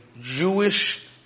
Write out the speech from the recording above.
Jewish